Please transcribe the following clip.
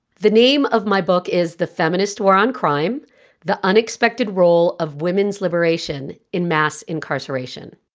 the name of my book is the feminist war on crime the unexpected role of women's liberation in mass incarceration